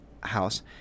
house